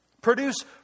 Produce